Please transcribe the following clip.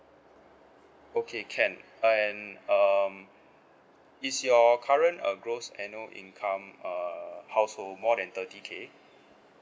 okay can and um is your current uh gross annual income uh household more than thirty K